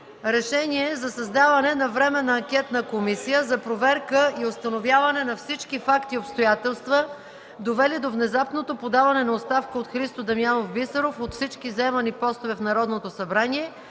„РЕШЕНИЕ за създаване на Временна анкетна комисия за проверка и установяване на всички факти и обстоятелства, довели до внезапното подаване на оставка от Христо Дамянов Бисеров от всички заемани постове в Народното събрание